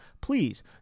Please